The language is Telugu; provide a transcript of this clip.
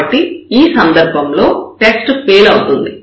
కాబట్టి ఈ సందర్భంలో టెస్ట్ ఫెయిల్ అవుతుంది